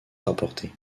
rapportée